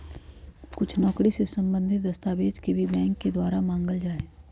कुछ नौकरी से सम्बन्धित दस्तावेजों के भी बैंक के द्वारा मांगल जा हई